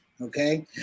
Okay